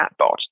chatbot